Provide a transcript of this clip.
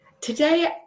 today